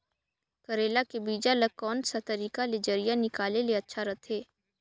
करेला के बीजा ला कोन सा तरीका ले जरिया निकाले ले अच्छा रथे?